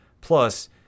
Plus